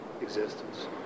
existence